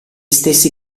stessi